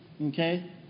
Okay